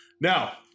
Now